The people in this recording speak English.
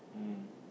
mm